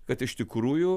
kad iš tikrųjų